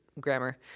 grammar